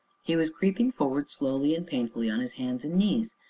he was creeping forward slowly and painfully on his hands and knees,